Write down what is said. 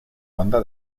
banda